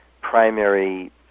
primary